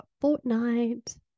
fortnight